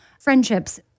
friendships